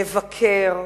נבקר,